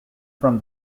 from